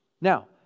Now